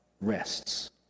rests